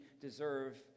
deserve